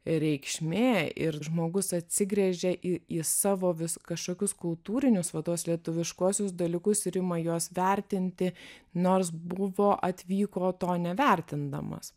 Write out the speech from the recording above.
reikšmė ir žmogus atsigręžia į į savo vis kažkokius kultūrinius va tuos lietuviškuosius dalykus ir ima juos vertinti nors buvo atvyko to nevertindamas